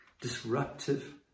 disruptive